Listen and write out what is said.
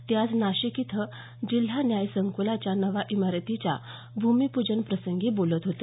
ते आज नाशिक इथं जिल्हा न्याय संकलाच्या नव्या इमारतीच्या भूमिपूजन प्रसंगी बोलत होते